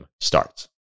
starts